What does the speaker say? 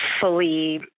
fully